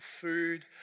food